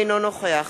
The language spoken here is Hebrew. אינו נוכח